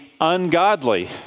ungodly